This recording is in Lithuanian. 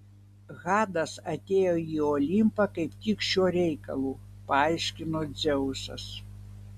hadas atėjo į olimpą kaip tik šiuo reikalu paaiškino dzeusas